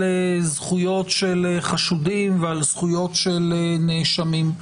זכויות של חשודים ועל זכויות של נאשמים.